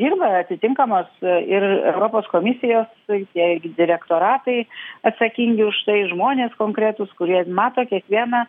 dirba atitinkamas ir europos komisijos tai tie direktoratai atsakingi už tai žmonės konkretūs kurie mato kiekvieną